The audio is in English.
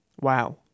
Wow